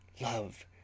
Love